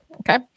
Okay